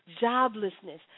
joblessness